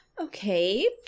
Okay